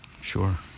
sure